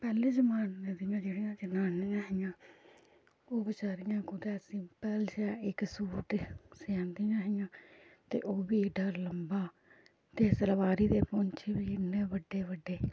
पैह्ले जमान्ने दी जेह्ड़ियां जनानियां हियां ओह् कुसै गी कुतै सिंपल जेहा इक सूट सयांदियां हियां ते ओह् बी एड्डा लंबा ते सलवारी दे पौंह्चे बी इन्ने बड्डे बड्डे